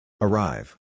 Arrive